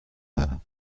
her